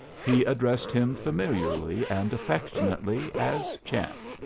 he addressed him familiarly and affectionately as champ.